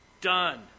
done